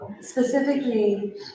specifically